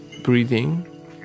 Breathing